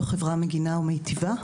החברה שלנו היום היא לא מגינה ולא מיטיבה.